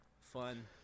fun